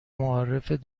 معارف